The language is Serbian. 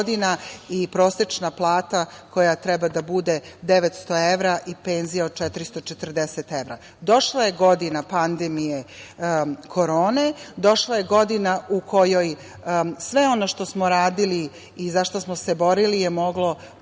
i prosečna plata koja treba da bude 900 evra i penzija od 440 evra. Došla je godina pandemije korone, došla je godina u kojoj sve ono što smo radili i za šta smo se borili je moglo